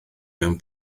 mewn